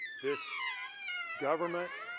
this government,